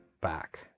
back